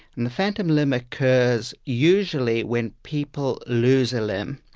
and the phantom limb occurs usually when people lose a limb,